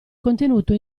contenuto